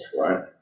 right